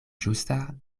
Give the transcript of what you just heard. ĝusta